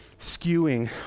skewing